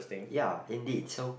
ya indeed so